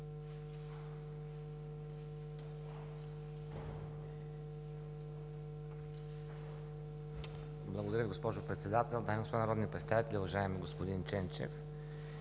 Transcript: Благодаря, госпожо Председател. Дами и господа народни представители! Уважаеми господин Ченчев!